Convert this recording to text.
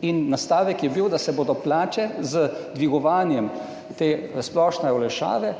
Bil je nastavek, da se bodo plače z dvigovanjem te splošne olajšave